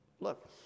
Look